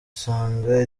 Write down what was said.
isanga